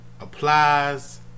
applies